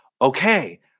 Okay